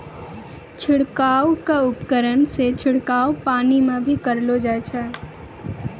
छिड़काव क उपकरण सें छिड़काव पानी म भी करलो जाय छै